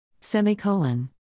Semicolon